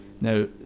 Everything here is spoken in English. Now